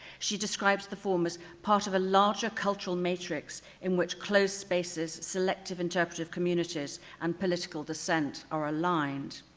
she describes the former's part of a larger cultural matrix in which closed spaces, selective interpretive communities and political dissent are aligned.